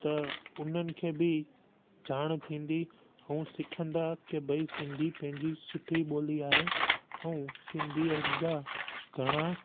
त उन्हनि खे बि ॼाण थींदी ऐं सिखंदा की भई सिंधी पंहिंजी सुठी ॿोली आहे ऐं सिंधियुनि जा घणा